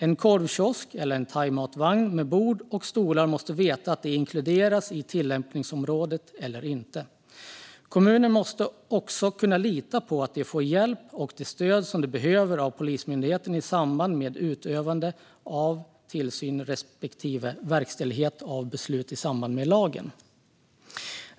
En korvkiosk eller en thaimatvagn med bord och stolar måste veta om de inkluderas i tillämpningsområdet eller inte. Kommuner måste också kunna lita på att de får den hjälp och det stöd som de behöver av Polismyndigheten i samband med utövandet av tillsyn respektive verkställighet av beslut enligt lagen.